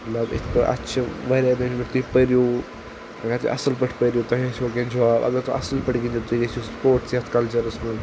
مطلب اِتھ پٲٹھۍ اَتھ چھِ واریاہ بٮ۪نِفِٹ تُہۍ پٔرِو اگر تُہۍ اَصٕل پٲٹھۍ پٔرِو تۄہہِ آسِوُ گَرِ جاب اَگر تُہۍ اَصٕل پٲٹھۍ گِنٛدِو تُہۍ گٔژھِو سپوٹٕس یَتھ کَلچَرَس منٛز